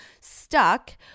stuck